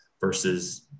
versus